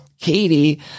Katie